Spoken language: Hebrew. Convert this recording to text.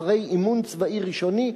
אחרי אימון צבאי ראשוני,